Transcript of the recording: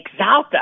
Exalta